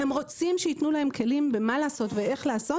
הם רוצים שיתנו להם כלים במה לעשות ואיך לעשות